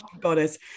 Goddess